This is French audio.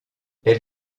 elle